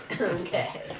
Okay